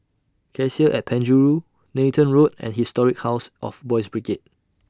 Cassia At Penjuru Nathan Road and Historic House of Boys' Brigade